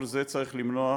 את כל זה צריך למנוע.